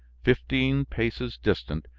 fifteen paces distant,